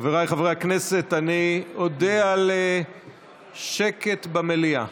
חברי הכנסת, אני אודה על שקט במליאה.